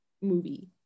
movie